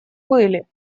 были